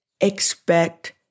expect